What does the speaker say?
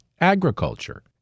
agriculture